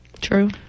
True